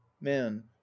man